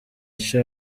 ico